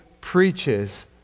preaches